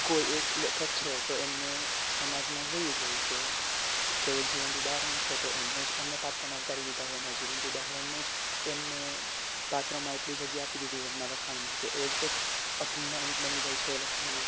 કોઈ એક લેખક છે તો એમણે સમાજમાં જોયું હોય કે કોઈ એક જીવંત ઉદાહરણ છે તો એમને જ એને પાત્રમાં જ ઉતારી દીધા હોય અને જીવંત ઉદાહરણને જ એમને પાત્રમાં એટલી જગ્યા આપી દીધી હોય એમના લખાણમાં કે એ જ એક અભિન્ન અંગ બની જાય છે લખાણનું